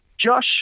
Josh